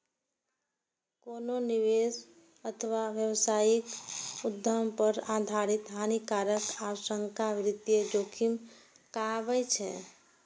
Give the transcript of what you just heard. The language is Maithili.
कोनो निवेश अथवा व्यावसायिक उद्यम पर आर्थिक हानिक आशंका वित्तीय जोखिम कहाबै छै